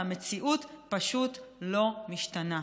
והמציאות פשוט לא משתנה.